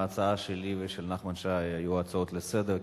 ההצעות שלי ושל נחמן שי היו הצעות לסדר-היום,